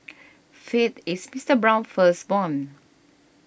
faith is Mister Brown's firstborn